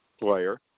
player